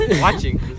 Watching